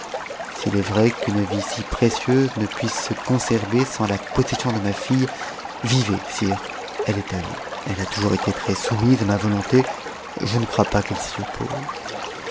s'il est vrai qu'une vie si précieuse ne puisse se conserver sans la possession de ma fille vivez sire elle est à vous elle a toujours été très soumise h ma volonté je ne crois pas qu'ette s'y oppose